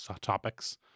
topics